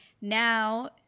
now